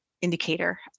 indicator